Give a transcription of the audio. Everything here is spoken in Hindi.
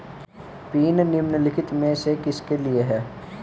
पिन निम्नलिखित में से किसके लिए है?